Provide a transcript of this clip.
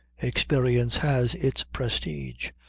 experience has its prestige.